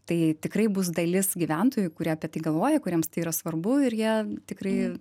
tai tikrai bus dalis gyventojų kurie apie tai galvoja kuriems tai yra svarbu ir jie tikrai